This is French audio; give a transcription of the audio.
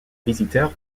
visiteur